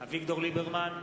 אביגדור ליברמן,